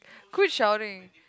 good shouting